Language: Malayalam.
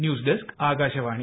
news desk Akashvani